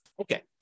okay